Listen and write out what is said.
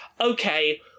okay